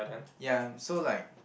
ya so like